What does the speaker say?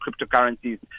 cryptocurrencies